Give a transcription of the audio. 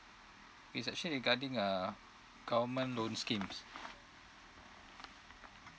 it's actually regarding uh government loan schemes